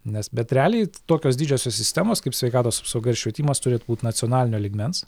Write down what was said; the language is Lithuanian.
nes bet realiai tokios didžiosios sistemos kaip sveikatos apsauga ir švietimas turėtų būt nacionalinio lygmens